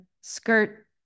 skirt